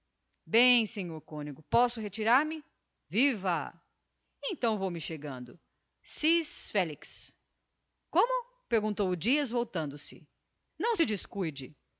bem senhor cônego posso retirar-me viva então vou-me chegando sis felix como perguntou o dias voltando-se não se descuide